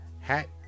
hat